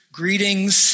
greetings